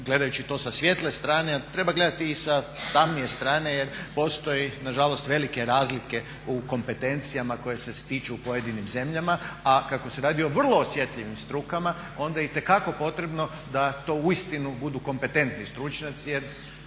gledajući to sa svijetle strane, ali treba gledati i sa tamnije strane jer postoji nažalost velike razlike u kompetencijama koje se stiču u pojedinim zemljama. A kako se radi o vrlo osjetljivim strukama onda je itekako potrebno da to uistinu budu kompetentni stručnjaci jer